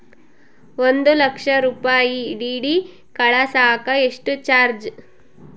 ಒಂದು ಲಕ್ಷ ರೂಪಾಯಿ ಡಿ.ಡಿ ಕಳಸಾಕ ಎಷ್ಟು ಚಾರ್ಜ್?